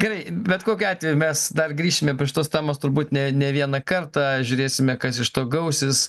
gerai bet kokiu atveju mes dar grįšime prie šitos temos turbūt ne ne vieną kartą žiūrėsime kas iš to gausis